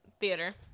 Theater